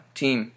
team